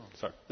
Sorry